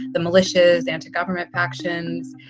the militias, antigovernment factions?